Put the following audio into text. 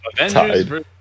Avengers